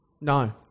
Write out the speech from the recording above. No